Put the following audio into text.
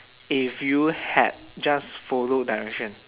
if you had just follow direction